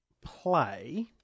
Play